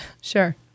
Sure